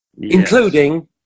including